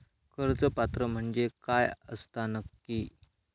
कर्ज पात्र म्हणजे काय असता नक्की?